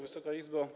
Wysoka Izbo!